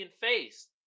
face